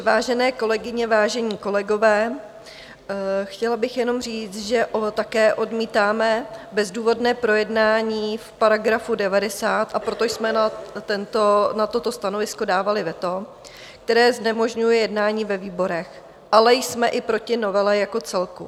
Vážené kolegyně, vážení kolegové, chtěla bych jenom říct, že také odmítáme bezdůvodné projednání v § 90, a proto jsme na toto stanovisko dávali veto, které znemožňuje jednání ve výborech, ale jsme i proti novele jako celku.